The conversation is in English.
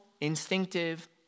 instinctive